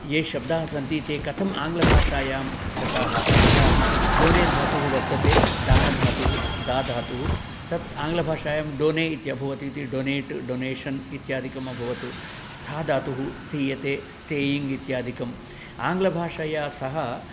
ये शब्दाः सन्ति ते कथं आङ्ग्लभाषायां गताः यथा डोने धातुः वर्तते दानधातुः दा धातुः तत् आङ्ग्लभाषायां डोने इत्यभवत् इति डोनेट् डोनेशन् इत्यादिकं अभवत् स्था धातुः स्थीयते स्टेयिङ्ग् इत्यादिकं आङ्ग्लभाषया सह